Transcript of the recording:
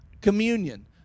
communion